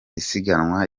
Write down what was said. isiganwa